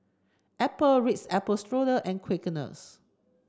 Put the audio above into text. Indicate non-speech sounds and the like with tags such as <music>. Apple Ritz Apple Strudel and Quaker <unintelligible>